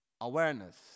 awareness